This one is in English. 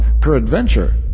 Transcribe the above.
PERADVENTURE